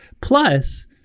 Plus